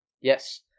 Yes